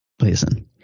Listen